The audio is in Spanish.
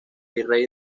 virrey